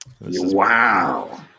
Wow